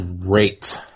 Great